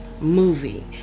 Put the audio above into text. movie